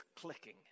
clicking